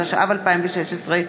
התשע"ו 2016,